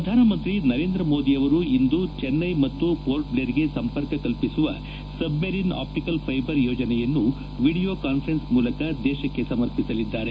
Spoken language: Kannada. ಪ್ರಧಾನಮಂತ್ರಿ ನರೇಂದ್ರ ಮೋದಿ ಅವರು ಇಂದು ಚೆನ್ನೈ ಮತ್ತು ಪೋರ್ಟ್ಬೇರ್ಗೆ ಸಂಪರ್ಕ ಕಲ್ಪಿಸುವ ಸಬ್ಮರೀನ್ ಆಪ್ಚಿಕಲ್ ಫೈಬರ್ ಯೋಜನೆಯನ್ನು ವೀಡಿಯೊ ಕಾನ್ವರೆನ್ಲ್ ಮೂಲಕ ದೇಶಕ್ಕೆ ಸಮರ್ಪಿಸಲಿದ್ದಾರೆ